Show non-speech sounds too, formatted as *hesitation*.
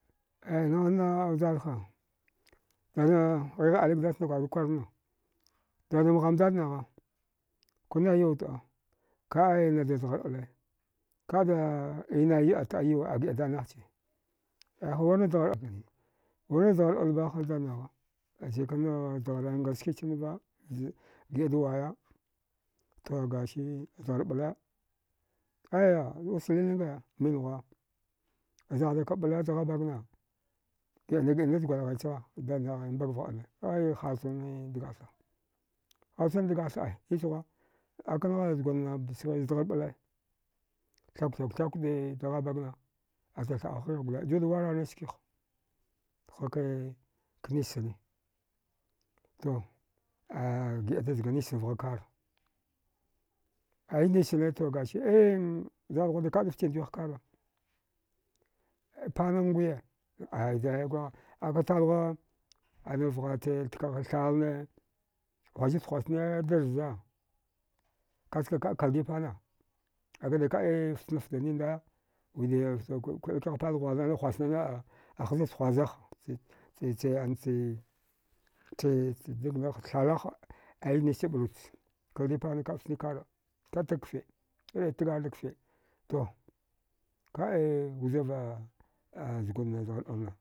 Ai nana zjarha ghigh ali gdass na kwarguri kwarna dada mgham dad nagha kuynai yau tɗa kaɗenada zdghar ala kada inaye atɗa yawa agiɗa dadnaghchi wirni zghar alba haz dadnagh che ajikana zdghar nga skichiva giɗa dwaya aya aus lilinga niwaha zaghdarka ɗala daghabagna giɗanna giɗamdazz gwalghai chagha has dadnagh mbag vgha ɗala aya haltrun dgahtha haltrchan dghahtha ai nis ghuwa akan ngha zgunna zdghar ɗala thauk thauk thauk daghabag na acha tha. au hagh goledalwagh nachske ha hake nischane to ahh giɗata zga nischan zgha kara ayazz nischana to gasi ehn zalthuwa dakada fchin dwigh kara kwana nguya ai wide ghwagha aka talghwa ana vghache ana tkaga thalne husaid huwastane dazza kaska kaɗ kaldi pana akada kaɗi fchanaf dani ndaya wide kwilkiha pan ghualnana huwasnana ahaz nachhuwasa ha *hesitation* thalaha aya znische ɗruch kaldi bana kaɗ fchnikara ka dagkfe tgaritag kfe to kaɗe vjirna ah zgunna zghar ɗalna